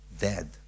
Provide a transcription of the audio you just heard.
dead